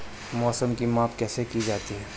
मौसम की माप कैसे की जाती है?